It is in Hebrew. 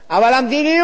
אבל המדיניות,